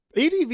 adv